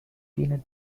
peanut